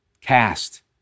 cast